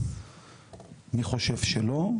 מי חושב שלא,